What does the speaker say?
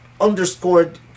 underscored